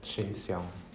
sheng siong